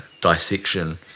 dissection